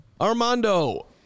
Armando